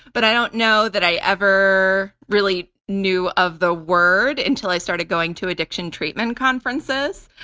but i don't know that i ever really knew of the word until i started going to addiction treatment conferences.